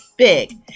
Big